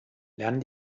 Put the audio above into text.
lernen